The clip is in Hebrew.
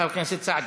חבר הכנסת סעדי.